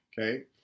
Okay